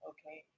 Okay